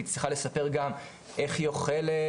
היא צריכה לספר גם איך היא אוכלת,